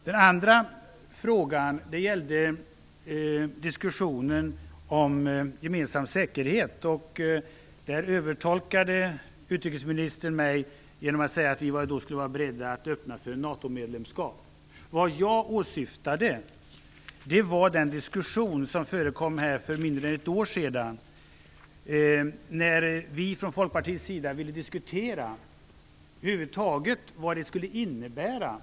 Den andra frågan gällde diskussionen om gemensam säkerhet. Utrikesministern övertolkade mig genom att säga att vi skulle vara beredda att öppna för ett NATO-medlemskap. Vad jag åsyftade var den diskussion som förekom för mindre än ett år sedan, när vi från Folkpartiets sida ville diskutera vad en NATO-utvidgning skulle innebära.